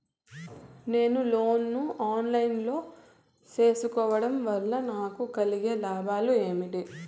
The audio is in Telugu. నేను లోను ను ఆన్ లైను లో సేసుకోవడం వల్ల నాకు కలిగే లాభాలు ఏమేమీ?